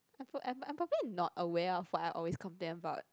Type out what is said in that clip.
I'm p~ I'm probably not aware of what I always complain about